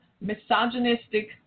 misogynistic